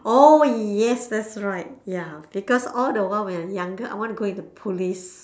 oh yes that's right ya because all the while when I younger I want to go into police